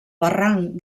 barranc